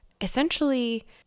essentially